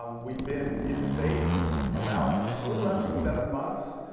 um we've been in space about, little less than seven months.